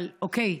אבל אוקיי,